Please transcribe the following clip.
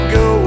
go